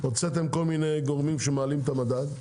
הוצאתם כל מיני גורמים שמעלים את המדד,